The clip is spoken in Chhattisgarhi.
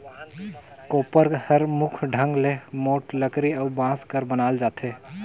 कोपर हर मुख ढंग ले मोट लकरी अउ बांस कर बनाल जाथे